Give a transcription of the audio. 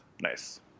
Nice